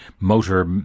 motor